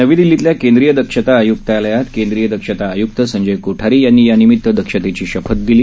नवी दिल्लीतल्या केंद्रीय दक्षता आयुक्तालयात केंद्रीय दक्षता आयुक्त संजय कोठारी यांनी यानिमित दक्षतेची शपथ दिली